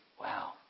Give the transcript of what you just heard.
Wow